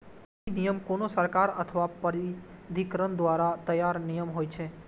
विनियम कोनो सरकार अथवा प्राधिकरण द्वारा तैयार नियम होइ छै